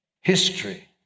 history